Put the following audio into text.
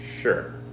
Sure